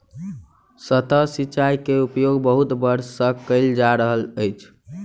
सतह सिचाई के उपयोग बहुत वर्ष सँ कयल जा रहल अछि